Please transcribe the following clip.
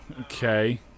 okay